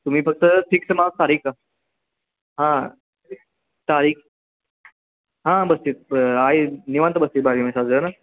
तुम्ही फक्त फिक्स मास तारीख हां तारीख हां बसतीस आई निवांत बसतील बागी सात जण